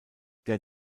der